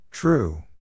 True